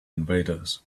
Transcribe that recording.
invaders